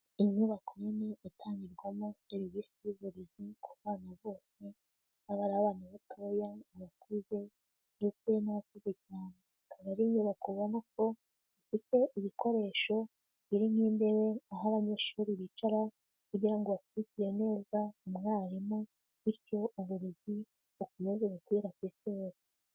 Inyubako nini itangirwamo serivisi y'uburezi ku bana bose, yaba ari abana batoya, abakuze, ndetse n'abakuzi cyane. Akaba ari inyubako ubona ko ifite ibikoresho birimo intebe aho abanyeshuri bicara, kugira ngo bakurikire neza umwarimu bityo abarezi bakomeze gukwira ku isi yose.